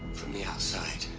from the outside